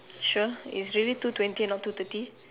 sure it's really two twenty and not two thirty